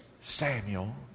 Samuel